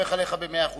סומך עליך במאה אחוז.